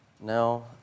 No